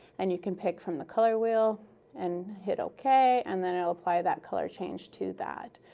and you can pick from the color wheel and hit ok and then it will apply that color change to that.